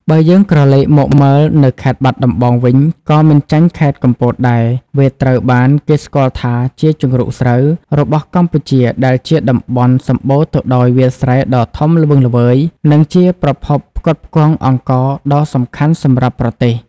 បើយើងក្រឡេកមកមើលនៅខេត្តបាត់ដំបងវិញក៏មិនចាញ់ខេត្តកំពតដែរ វាត្រូវបានគេស្គាល់ថាជា ជង្រុកស្រូវ របស់កម្ពុជាដែលជាតំបន់សម្បូរទៅដោយវាលស្រែដ៏ធំល្វឹងល្វើយ និងជាប្រភពផ្គត់ផ្គង់អង្ករដ៏សំខាន់សម្រាប់ប្រទេស ។